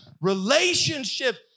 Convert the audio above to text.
relationship